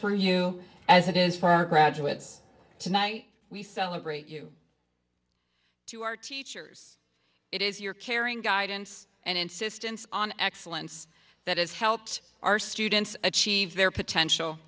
for you as it is for our graduates tonight we celebrate you to our teachers it is your caring guidance and insistence on excellence that has helped our students achieve their potential